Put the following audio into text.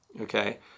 Okay